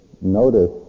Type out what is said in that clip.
notice